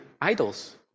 idols